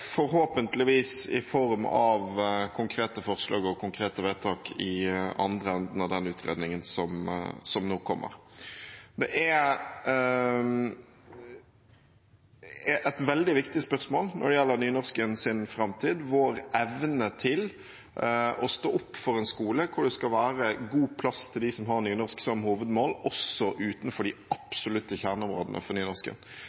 forhåpentligvis i form av konkrete forslag og vedtak i den andre enden av utredningen som nå kommer. Et veldig viktig spørsmål når det gjelder nynorskens framtid, er vår evne til å stå opp for en skole hvor det skal være god plass til dem som har nynorsk som hovedmål, også utenfor de